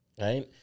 Right